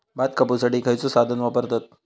भात कापुसाठी खैयचो साधन वापरतत?